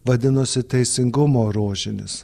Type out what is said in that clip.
vadinosi teisingumo rožinis